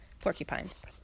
porcupines